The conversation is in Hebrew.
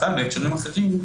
אבל בהקשרים אחרים,